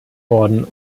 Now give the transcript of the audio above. worden